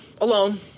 alone